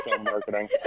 marketing